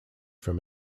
from